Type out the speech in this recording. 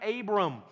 Abram